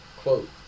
Quote